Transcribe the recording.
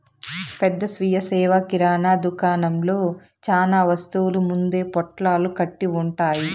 పెద్ద స్వీయ సేవ కిరణా దుకాణంలో చానా వస్తువులు ముందే పొట్లాలు కట్టి ఉంటాయి